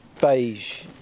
Beige